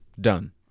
done